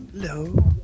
Hello